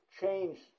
change